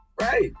Right